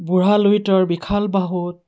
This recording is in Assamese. বুঢ়া লুইতৰ বিশাল বাহুত